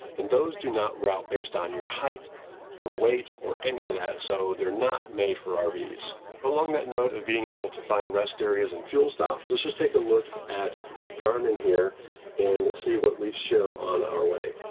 and those do not route based on your height or weight or any of that. so they're not made for rvs. along along that note of being able to find rest areas and fuel stops, let's just take a look at the garmin here and see what we show on our way.